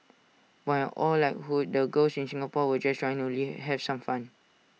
while all likelihood the girls in Singapore were just trying to have some fun